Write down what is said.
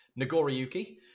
Nagoriyuki